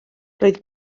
roedd